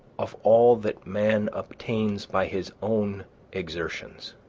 of all that man obtains by his own exertions,